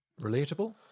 relatable